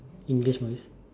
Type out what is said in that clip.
English movies